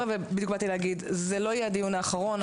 זה לא יהיה הדיון האחרון.